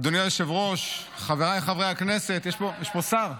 אדוני היושב-ראש, חבריי חברי הכנסת, יש פה שר?